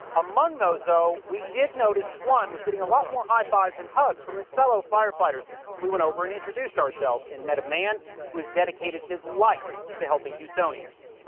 among those, we did notice one was getting a lot more high fives and hugs from his fellow fire fighters. so we went over and introduced ourselves and met a man who has dedicated his life to helping houstonians.